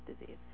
disease